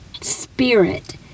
spirit